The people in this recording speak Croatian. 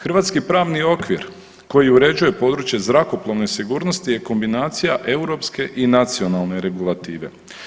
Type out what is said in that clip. Hrvatski pravni okvir koji uređuje područje zrakoplovne sigurnosti je kombinacija europske i nacionalne regulative.